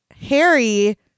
Harry